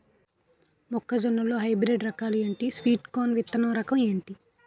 మొక్క జొన్న లో హైబ్రిడ్ రకాలు ఎంటి? స్వీట్ కార్న్ విత్తన రకం ఏంటి?